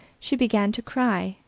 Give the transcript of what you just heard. she began to cry,